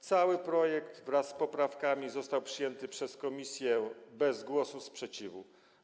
Cały projekt, wraz z poprawkami, został przyjęty przez komisję bez głosu sprzeciwu.